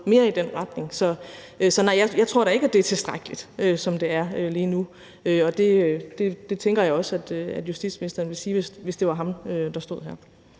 mere i den retning. Så nej, jeg tror da ikke, det er tilstrækkeligt, som det er lige nu, og det tænker jeg også justitsministeren ville sige, hvis det var ham, der stod her.